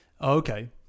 okay